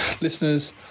Listeners